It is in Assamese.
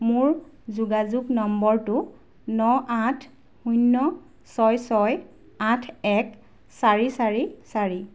মোৰ যোগাযোগ নম্বৰটো ন আঠ শূন্য ছয় ছয় আঠ এক চাৰি চাৰি চাৰি